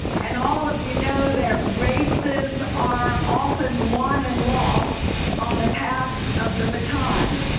and all of you know that races are often won and lost on the pass of the baton.